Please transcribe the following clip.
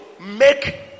make